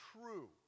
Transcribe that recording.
true